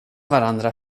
varandra